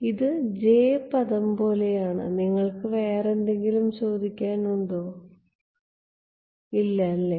ഇത് J പദം പോലെയാണ് നിങ്ങൾക്ക് എന്തെങ്കിലും ചോദിക്കാൻ ഉണ്ടോ ഇല്ല അല്ലേ